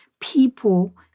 people